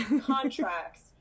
contracts